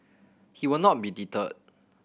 he will not be deterred